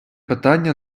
питання